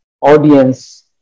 audience